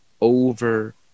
over